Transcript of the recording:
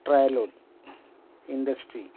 traveller industry